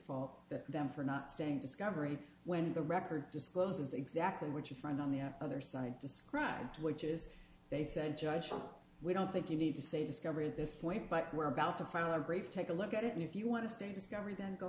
that them for not staying discovery when the record discloses exactly what you find on the other side described which is they said judge we don't think you need to say discovery at this point but we're about to file a brief take a look at it and if you want to stay discovery then go